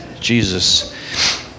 Jesus